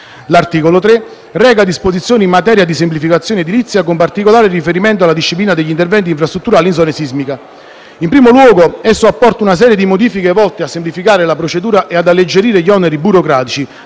L'articolo 3 reca disposizioni in materia di semplificazione edilizia, con particolare riferimento alla disciplina degli interventi infrastrutturali in zone sismiche. In primo luogo, esso apporta una serie di modifiche - volte a semplificare le procedure e ad alleggerire gli oneri burocratici